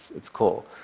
it's cool.